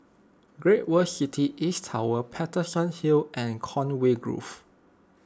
Great World City East Tower Paterson Hill and Conway Grove